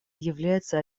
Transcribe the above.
является